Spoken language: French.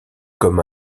comme